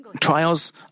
trials